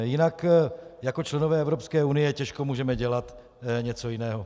Jinak jako členové Evropské unie těžko můžeme dělat něco jiného.